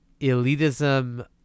elitism